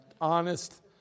honest